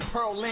Pearl